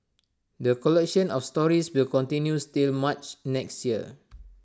the collection of stories will continues till March next year